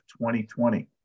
2020